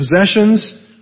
possessions